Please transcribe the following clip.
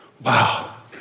Wow